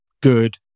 good